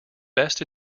best